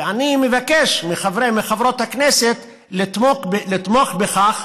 ואני מבקש מחברי ומחברות הכנסת לתמוך בכך,